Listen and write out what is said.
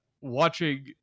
watching